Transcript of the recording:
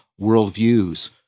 worldviews